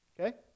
okay